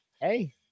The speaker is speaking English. Hey